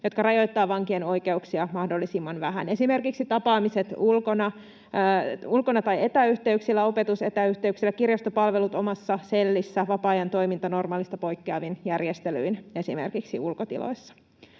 jotka rajoittavat vankien oikeuksia mahdollisimman vähän. Tällaisia ovat esimerkiksi tapaamiset ulkona tai etäyhteyksillä, opetus etäyhteyksillä, kirjastopalvelut omassa sellissä, vapaa-ajan toiminta normaalista poikkeavin järjestelyin esimerkiksi ulkotiloissa.